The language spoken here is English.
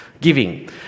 giving